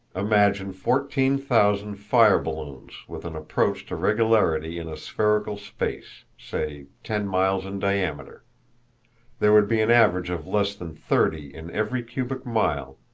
imagine fourteen-thousand fire-balloons with an approach to regularity in a spherical space say, ten miles in diameter there would be an average of less than thirty in every cubic mile,